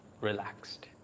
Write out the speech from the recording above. relaxed